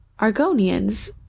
Argonians